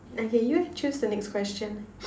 okay you choose the next question